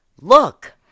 look